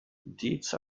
deeds